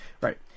right